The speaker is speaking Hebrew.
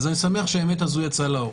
אני שמח שהאמת יצאה לאור.